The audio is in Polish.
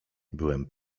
byłem